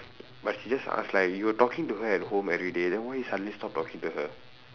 but she just ask like you were talking to her at home everyday then why you suddenly stop talking to her